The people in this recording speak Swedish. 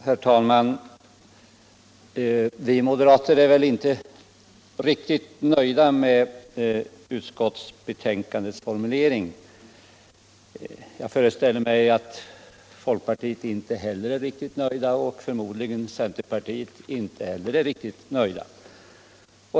Herr talman! Vi moderater är väl inte riktigt nöjda med utskottsbetänkandets formulering. Jag föreställer mig att detsamma gäller folkpartisterna och förmodligen också centerpartisterna.